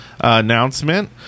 announcement